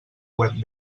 web